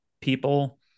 people